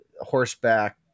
horseback